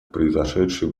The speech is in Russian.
произошедшие